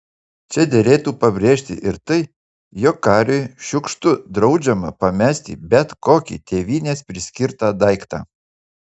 čia derėtų pabrėžti ir tai jog kariui šiukštu draudžiama pamesti bet kokį tėvynės priskirtą daiktą